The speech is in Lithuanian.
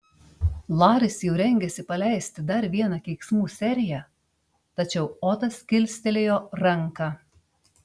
laris jau rengėsi paleisti dar vieną keiksmų seriją tačiau otas kilstelėjo ranką